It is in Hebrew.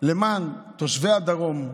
למען תושבי הדרום,